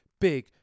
Big